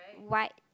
white